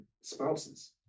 spouses